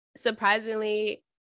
surprisingly